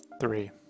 three